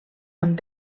amb